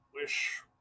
wish –